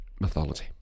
mythology